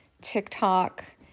TikTok